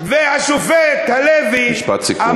והשופט הלוי, משפט סיכום.